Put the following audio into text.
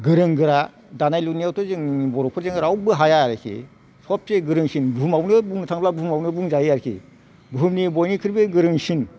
गोरों गोरा दानाय लुनायावथ' जोंनि बर'फोरजों रावबो हाया आरोखि सबसे गोरोंसिन बुहुमावनो बुंनो थाङोब्ला गोरोंसिन बुहुमनि बयनिख्रुइबो गोरोंसिन